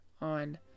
on